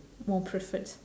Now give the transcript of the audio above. more preferred